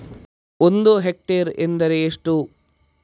ಒಂದು ಹೆಕ್ಟೇರ್ ಎಂದರೆ ಎಷ್ಟು?